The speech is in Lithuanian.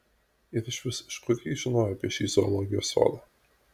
ir išvis iš kur ji žinojo apie šį zoologijos sodą